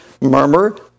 murmur